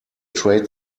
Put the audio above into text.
trade